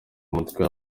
umutwe